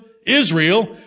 Israel